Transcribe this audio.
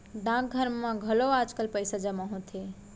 डाकघर म घलौ आजकाल पइसा जमा होथे